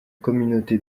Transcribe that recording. communauté